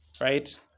right